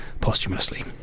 posthumously